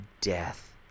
death